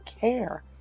care